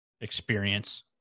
experience